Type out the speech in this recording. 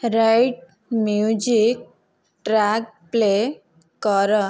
right music track play କର